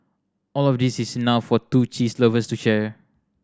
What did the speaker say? all of these is enough for two cheese lovers to share